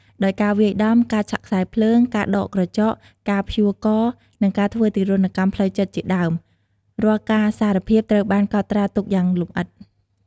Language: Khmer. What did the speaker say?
ដោយ ការវាយដំ ការឆក់ខ្សែភ្លើង ការដកក្រចក ការព្យួរក និងការធ្វើទារុណកម្មផ្លូវចិត្តជាដើម រាល់ការសារភាពត្រូវបានកត់ត្រាទុកយ៉ាងលម្អិត។